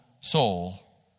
soul